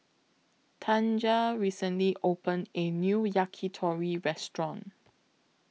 Tanja recently opened A New Yakitori Restaurant